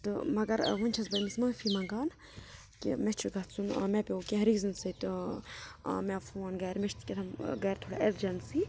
تہٕ مگر وۄنۍ چھس بہٕ أمِس مٲفِی مَنٛگان کہِ مےٚ چھِ گَژھُن مےٚ پیٚو کیٚنٛہہ ریٖزَن سٟتۍ ٲں مےٚ آو فوٗن گَرِ مےٚ چھِ کیٚتھام گَرِ تھوڑا ایٚمرجَنسِی